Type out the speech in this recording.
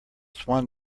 swan